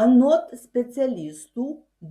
anot specialistų